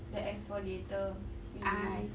the exfoliator we~